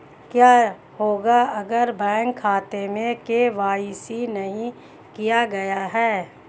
क्या होगा अगर बैंक खाते में के.वाई.सी नहीं किया गया है?